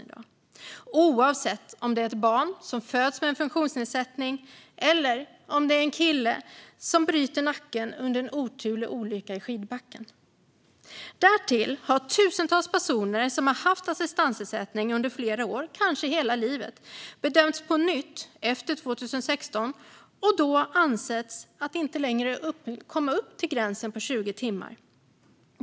Det gäller oavsett om det är ett barn som föds med en funktionsnedsättning eller om det är en kille som bryter nacken i en oturlig olycka i skidbacken. Därtill har tusentals personer som har haft assistansersättning under flera år, kanske hela livet, bedömts på nytt efter 2016 och då inte längre ansetts komma upp till gränsen på 20 timmar.